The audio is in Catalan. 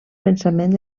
pensament